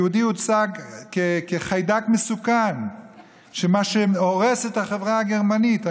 היהודי הוצג כחיידק מסוכן שהורס את החברה הגרמנית.